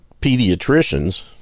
pediatricians